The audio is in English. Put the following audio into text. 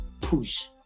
push